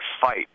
fight